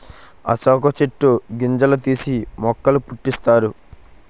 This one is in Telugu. అశోక చెట్టు గింజలు తీసి మొక్కల పుట్టిస్తారు